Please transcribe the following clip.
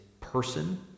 person